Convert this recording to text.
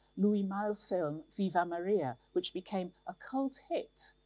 louis malle's film, viva maria, which became a cult hit,